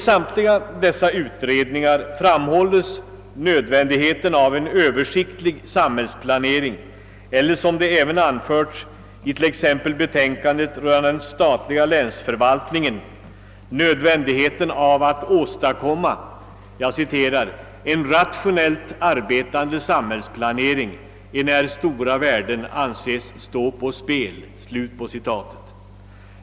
Samtliga dessa utredningar har framhållit nödvändigheten av en översiktlig samhällsplanering eller — såsom anförts exempelvis i betänkandet rörande den statliga länsförvaltningen -— nödvändigheten av att åstadkomma en rationellt arbetande samhällsplanering, enär stora värden anses stå på spel.